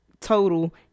total